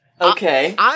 Okay